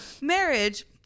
marriage